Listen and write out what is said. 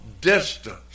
distance